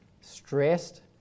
stressed